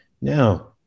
Now